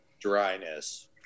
Dryness